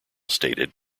stated